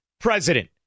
president